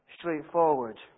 straightforward